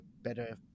better